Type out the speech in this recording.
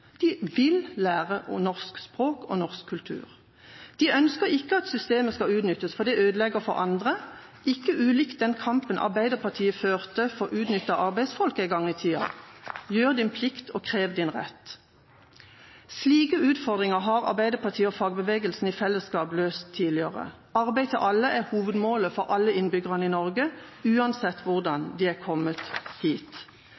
De vil lære norsk språk og norsk kultur. De ønsker ikke at systemet utnyttes, for det ødelegger for andre. Dette er ikke ulikt den kampen Arbeiderpartiet førte for utnyttede arbeidsfolk en gang i tida: Gjør din plikt, og krev din rett. Slike utfordringer har Arbeiderpartiet og fagbevegelsen i fellesskap løst tidligere. Arbeid til alle er hovedmålet for alle innbyggere i Norge, uansett